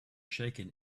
shaken